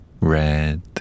red